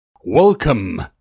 Welcome